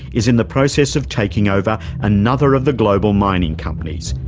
is in the process of taking over another of the global mining companies,